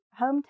hometown